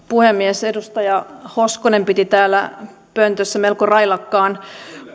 puhemies edustaja hoskonen piti täällä pöntössä melko railakkaan